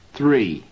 Three